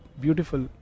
beautiful